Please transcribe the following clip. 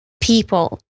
people